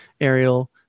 Ariel